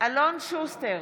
אלון שוסטר,